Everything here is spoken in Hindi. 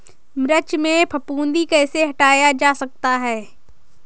मिर्च में फफूंदी कैसे हटाया जा सकता है?